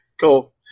Cool